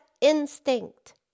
instinct